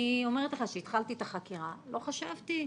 אני אומרת לך, כשהתחלתי את החקירה לא חשבתי,